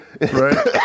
Right